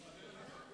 אז אין לך סמכות?